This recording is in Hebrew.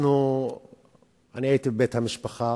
הייתי בבית המשפחה